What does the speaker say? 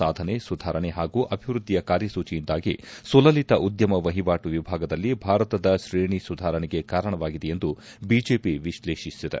ಸಾಧನೆ ಸುಧಾರಣೆ ಹಾಗೂ ಅಭಿವೃದ್ಧಿಯ ಕಾರ್ಯಸೂಚಿಯಿಂದಾಗಿ ಸುಲಲಿತ ಉದ್ದಮ ವಹಿವಾಟು ವಿಭಾಗದಲ್ಲಿ ಭಾರತದ ತ್ರೇಣಿ ಸುಧಾರಣೆಗೆ ಕಾರಣವಾಗಿದೆ ಎಂದು ಬಿಜೆಪಿ ವಿಶ್ಲೇಷಿಸಿದೆ